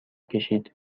کشید